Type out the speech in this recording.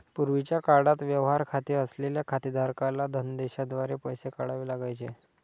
पूर्वीच्या काळात व्यवहार खाते असलेल्या खातेधारकाला धनदेशाद्वारे पैसे काढावे लागायचे